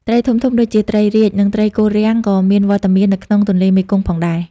ត្រីធំៗដូចជាត្រីរាជ និងត្រីគល់រាំងក៏មានវត្តមាននៅក្នុងទន្លេមេគង្គផងដែរ។